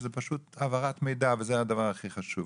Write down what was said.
שזה פשוט העברת מידע וזה הדבר הכי חשוב.